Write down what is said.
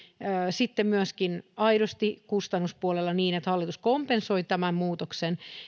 sitten myöskin aidosti kustannuspuolella hallitus kompensoisi tämän muutoksen